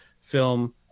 film